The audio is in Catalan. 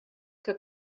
que